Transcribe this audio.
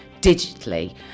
digitally